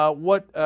ah what